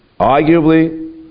arguably